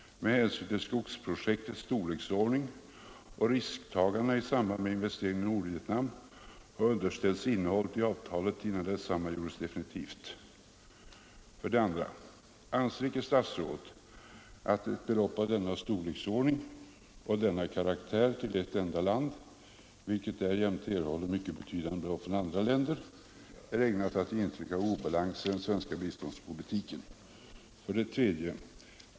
Borde icke riksdagen med hänsyn till skogsprojektets storleksordning och risktagandena i samband med investeringen i Nordvietnam ha underställts innehållet i avtalet innan detsamma gjordes definitivt? 2. Anser icke statsrådet att ett belopp av denna storleksordning och denna karaktär till ett enda land, vilket därjämte erhåller mycket betydande belopp från andra länder, är ägnat att ge intryck av obalans i den svenska biståndspolitiken? 3.